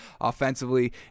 offensively